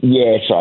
yes